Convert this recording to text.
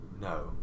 No